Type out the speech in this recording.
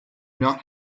not